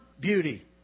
beauty